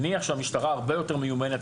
נניח שהמשטרה הרבה יותר מיומנת,